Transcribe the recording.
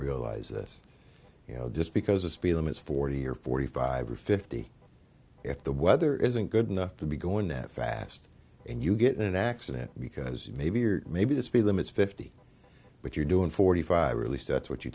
realize this you know just because a speed limits forty or forty five or fifty if the weather isn't good enough to be going that fast and you get in an accident because you maybe or maybe the speed limit is fifty but you're doing forty five really sets what you